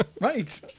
right